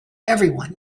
everyone